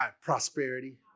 prosperity